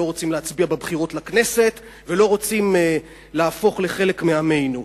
לא רוצים להצביע בבחירות לכנסת ולא רוצים להפוך לחלק מעמנו.